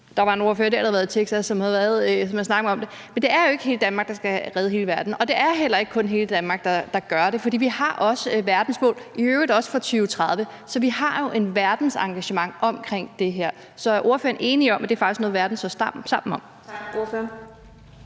ordfører, der har været i Texas, og der snakkede man ikke så meget om det, men det er jo ikke hele Danmark, der skal redde hele verden, og det er heller ikke kun hele Danmark, der gør det. For vi har også verdensmål, i øvrigt også for 2030, så vi har jo et verdensengagement i forhold til det her. Så er ordføreren enig i, at det faktisk er noget, verden står sammen om?